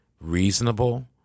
reasonable